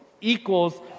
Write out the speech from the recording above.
equals